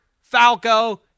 Falco